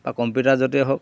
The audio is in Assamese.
বা কম্পিউটাৰৰ জড়িয়তেই হওক